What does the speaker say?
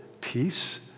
peace